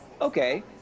Okay